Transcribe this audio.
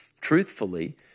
truthfully